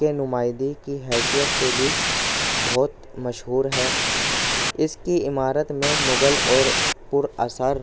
کے نمائدے کی حیثیت سے بھی بہت مشہور ہے اس کی عمارت میں مغل اور پُر اثر